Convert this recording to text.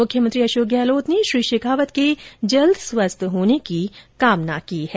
मुख्यमंत्री अशोक गहलोत ने श्री शेखावत के जल्द स्वस्थ होने की कामना की है